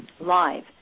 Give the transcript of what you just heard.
live